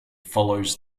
follows